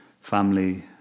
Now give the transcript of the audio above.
family